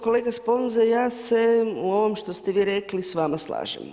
Kolega Sponza ja se u ovom što ste vi rekli s vama slažem.